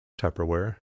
Tupperware